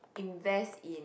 invest in